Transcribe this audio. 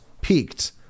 peaked